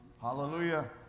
Hallelujah